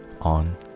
on